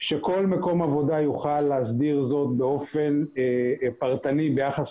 שכל מקום עבודה יוכל להסדיר זאת באופן פרטני ביחס